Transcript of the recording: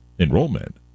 enrollment